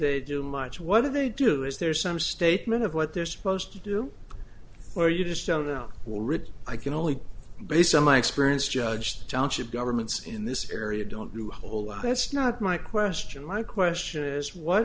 they do much whether they do is there some statement of what they're supposed to do or you just don't know what rich i can only based on my experience judge township governments in this area don't do hold that's not my question my question is what